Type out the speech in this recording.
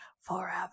forever